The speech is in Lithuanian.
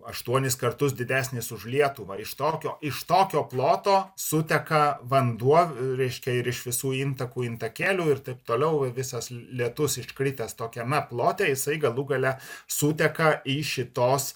aštuonis kartus didesnis už lietuvą iš tokio iš tokio ploto suteka vanduo reiškia ir iš visų intakų intakėlių ir taip toliau ir visas lietus iškritęs tokiame plote jisai galų gale suteka į šitos